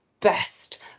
best